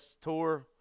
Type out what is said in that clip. tour